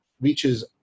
reaches